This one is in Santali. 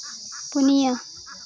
ᱯᱩᱱᱭᱟᱹ